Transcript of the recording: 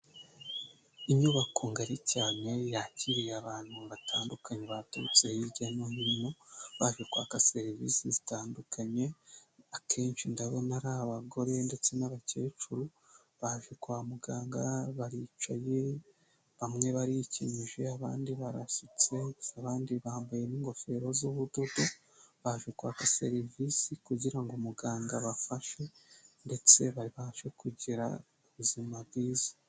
Inyubako ngari cyane yakiriye abantu batandukanye baturutse hirya no hino, baje kwaka serivisi zitandukanye, akenshi ndabona ari abagore ndetse n'abakecuru baje kwa muganga, baricaye bamwe barikinyeje abandi barasutse gusa abandi bambaye n'ingofero z'ubudodo, baje kwaka serivisi kugira ngo muganga abafashe ndetse babashe kugira ubuzima bwiza.